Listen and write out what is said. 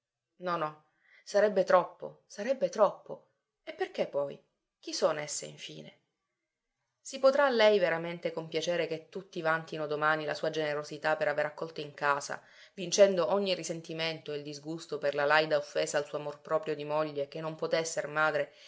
no no sarebbe troppo sarebbe troppo e perché poi chi son esse infine si potrà lei veramente compiacere che tutti vantino domani la sua generosità per aver accolto in casa vincendo ogni risentimento e il disgusto per la laida offesa al suo amor proprio di moglie che non poté esser madre